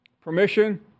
Permission